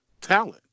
talent